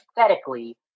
aesthetically